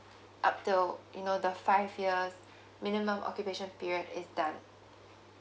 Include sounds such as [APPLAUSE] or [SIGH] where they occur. up until you know the five years [BREATH] minimum occupation period is done